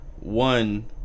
One